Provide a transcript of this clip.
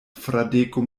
fradeko